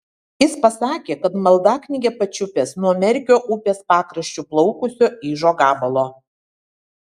jis pasakė kad maldaknygę pačiupęs nuo merkio upės pakraščiu plaukusio ižo gabalo